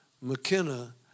McKenna